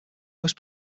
most